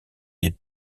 des